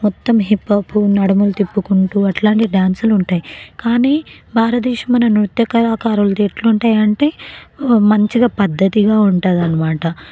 మొత్తం హిప్ఆప్ నడుములు తిప్పుకుంటూ అట్లాంటి డ్యాన్స్లు ఉంటాయి కానీ భారతదేశం మన నృత్య కళాకారులది ఎట్లుంటాయంటే మంచిగా పద్ధతిగా ఉంటదనమాట